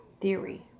theory